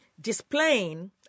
displaying